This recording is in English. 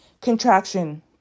contraction